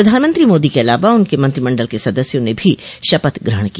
प्रधानमंत्री मोदी के अलावा उनके मंत्रिमंडल के सदस्यों ने भी शपथ ग्रहण की